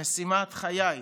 משימת חיי.